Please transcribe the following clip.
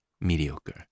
mediocre